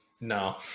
no